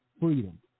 freedom